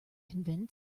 convinced